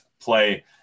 play